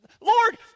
Lord